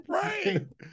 praying